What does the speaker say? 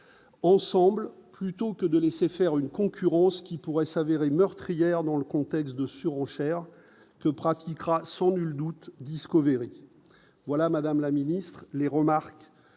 ensemble plutôt que de laisser faire une concurrence qui pourrait s'avérer meurtrière dans le contexte de surenchère se pratiquera le doute Discovery voilà, Madame la Ministre, les remarques